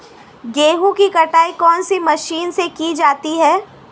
गेहूँ की कटाई कौनसी मशीन से की जाती है?